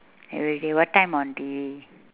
every day what time on T_V